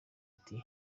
ati